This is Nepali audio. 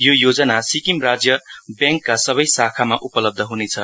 यो योजना सिक्किम राज्य व्याङकका सबै शाखामा उपलब्ध हनेछ